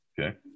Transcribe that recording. Okay